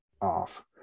off